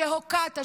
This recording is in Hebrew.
שהוקעת,